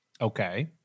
Okay